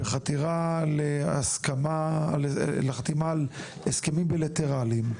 בחתירה לחתימה על הסכמים בילטרליים,